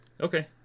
Okay